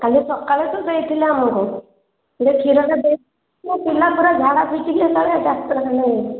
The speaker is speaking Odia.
କାଲି ସକାଳେ ତ ଦେଇଥିଲେ ଆମକୁ ଯେ କ୍ଷୀରଟା ଦେଇଥିଲ ମୋ ପିଲା ପୁରା ଝାଡା ଫିଟିକି ହେଲା ଡାକ୍ତରଖାନାରେ